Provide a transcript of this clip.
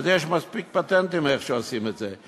אז יש מספיק פטנטים איך עושים את זה.